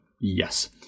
Yes